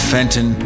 Fenton